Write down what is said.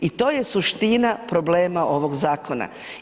I to je suština problema ovog zakona.